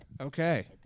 Okay